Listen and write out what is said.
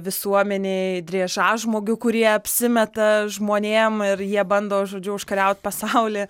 visuomenėj driežažmogių kurie apsimeta žmonėm ir jie bando žodžiu užkariaut pasaulį